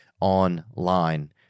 online